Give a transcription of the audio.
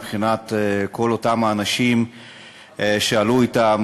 מבחינת כל אותם האנשים שעלו אתם,